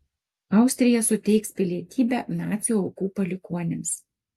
austrija suteiks pilietybę nacių aukų palikuonims